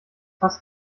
fass